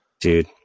Dude